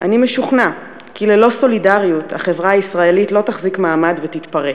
"אני משוכנע כי ללא סולידריות החברה הישראלית לא תחזיק מעמד ותתפרק.